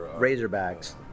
Razorbacks